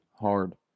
hard